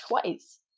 twice